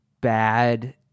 bad